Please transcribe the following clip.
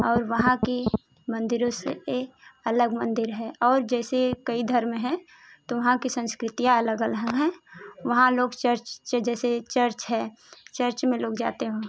और वहाँ की मंदिरों से ये अलग मंदिर है और जैसे कई धर्म हैं तो वहाँ की संस्कृतियाँ अलग अलग हैं वहाँ लोग चर्च जैसे चर्च है चर्च में लोग जाते हैं